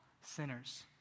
sinners